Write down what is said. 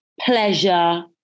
pleasure